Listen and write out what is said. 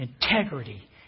integrity